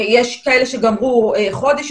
יש כאלה שגמרו חודש,